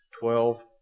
twelve